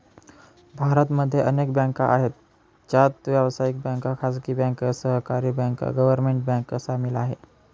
भारत मध्ये अनेक बँका आहे, ज्यात व्यावसायिक बँक, खाजगी बँक, सहकारी बँक, गव्हर्मेंट बँक सामील आहे